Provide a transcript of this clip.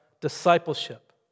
discipleship